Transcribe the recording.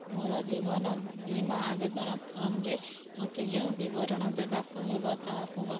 ମୋର ଜୀବନ ବୀମା ଆବେଦନ ଫର୍ମରେ ମୋତେ ଯେଉଁ ବିବରଣ ଦେବାକୁ ହେବ ତାହା କୁହ